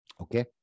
Okay